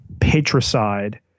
patricide